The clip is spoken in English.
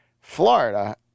Florida